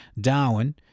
Darwin